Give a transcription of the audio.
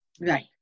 right